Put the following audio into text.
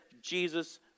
Jesus